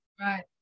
right